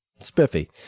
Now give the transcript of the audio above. Spiffy